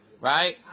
Right